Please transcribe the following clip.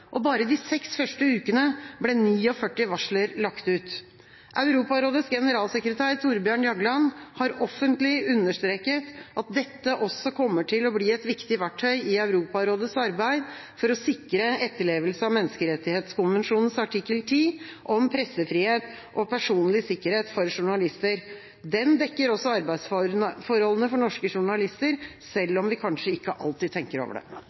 alarm. Bare de seks første ukene ble 49 varsler lagt ut. Europarådets generalsekretær Thorbjørn Jagland har offentlig understreket at dette også kommer til å bli et viktig verktøy i Europarådets arbeid for å sikre etterlevelse av menneskerettighetskonvensjonens artikkel 10, om pressefrihet og personlig sikkerhet for journalister. Den dekker også arbeidsforholdene for norske journalister, selv om vi kanskje ikke alltid tenker over det.